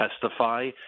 testify